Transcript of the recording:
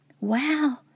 Wow